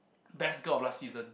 best girl of last season